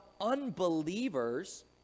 unbelievers